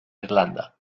irlanda